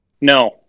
No